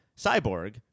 Cyborg